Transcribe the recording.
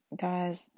Guys